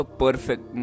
perfect